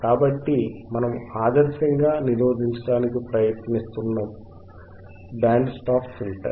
కాబట్టి ఇది మనము ఆదర్శంగా నిరోధించడానికి ప్రయత్నిస్తున్న బ్యాండ్ స్టాప్ ఫిల్టర్